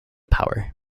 power